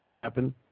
happen